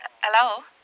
Hello